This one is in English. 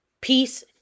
Peace